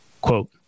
Quote